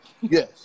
Yes